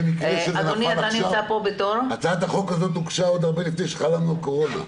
הצעת החוק הזו הוגשה הרבה לפני שידענו מה זה קורונה.